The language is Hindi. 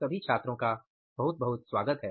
सभी का स्वागत है